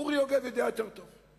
אורי יוגב יודע יותר טוב.